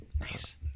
nice